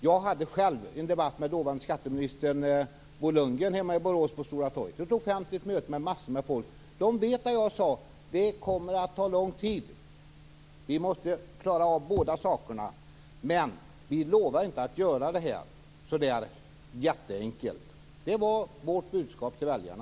Jag hade själv en debatt med dåvarande skatteminister Bo Lundgren på Stora torget hemma i Borås, ett offentligt möte med massor av folk. De vet att jag sade: Det kommer att ta lång tid. Vi måste klara av båda sakerna. Men vi lovar inte att göra det här så där jätteenkelt. Det var vårt budskap till väljarna.